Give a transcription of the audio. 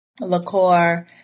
liqueur